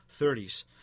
30s